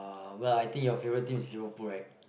well I think your favorite team is LiverPool right